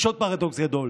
יש עוד פרדוקס גדול,